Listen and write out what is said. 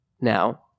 Now